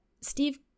steve